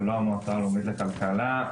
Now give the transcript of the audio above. ולא המועצה הלאומית לכלכלה,